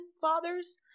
fathers